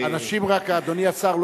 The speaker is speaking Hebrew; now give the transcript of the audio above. אדוני השר,